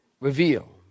reveal